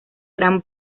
gran